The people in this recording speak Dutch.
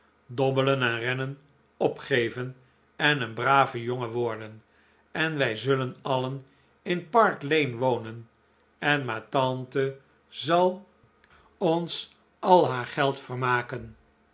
en rennen opgeven en een brave jongen worden en wij zullen alien in park lane wonen en ma tante zal ons al haar geld vermaken